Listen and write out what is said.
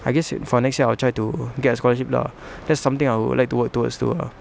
I guess it for the next year I will try to get a scholarship lah that's something I would like to work towards to lah